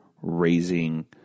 raising